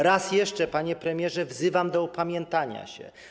Raz jeszcze, panie premierze, wzywam do opamiętania się.